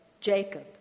Jacob